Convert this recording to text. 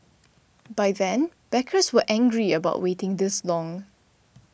by then backers were angry about waiting this long